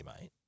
mate